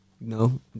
No